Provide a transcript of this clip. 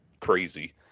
crazy